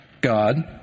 God